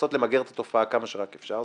לנסות למגר את התופעה כמה שרק אפשר,